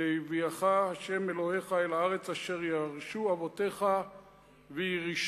והביאך ה' אלוהיך אל הארץ אשר ירשו אבותיך וירשתה,